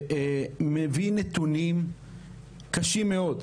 שמביא נתונים קשים מאוד.